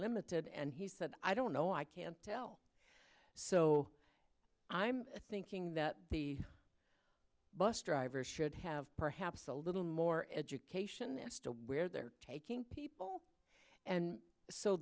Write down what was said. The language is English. limited and he said i don't know i can't tell so i'm thinking that the bus driver should have perhaps a little more education as to where they're taking people and so